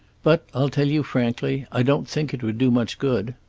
but i'll tell you frankly i don't think it would do much good.